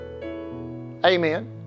Amen